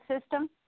system